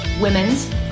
women's